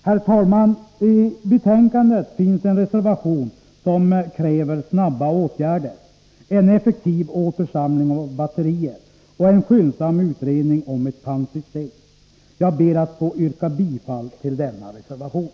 Herr talman! I betänkandet finns en reservation, där det krävs snabba åtgärder, en effektiv återsamling av batterier och en skyndsam utredning om ett pantsystem. Jag ber att få yrka bifall till denna reservation.